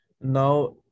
Now